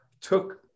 took